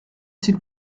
s’il